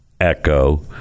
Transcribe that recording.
Echo